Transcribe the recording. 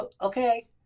Okay